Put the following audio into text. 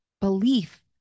belief